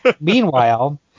Meanwhile